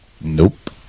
nope